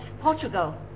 Portugal